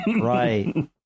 Right